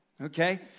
Okay